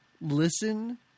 listen